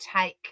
take